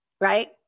right